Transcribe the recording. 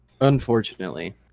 Unfortunately